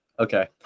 Okay